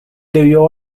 debió